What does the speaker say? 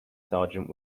sergeant